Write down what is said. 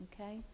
okay